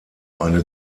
eine